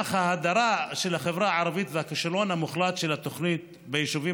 אך ההדרה של החברה הערבית והכישלון המוחלט של התוכנית ביישובים